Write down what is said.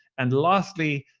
and lastly,